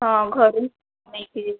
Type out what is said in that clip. ହଁ ଘରୁ ନେଇକି ଯିବା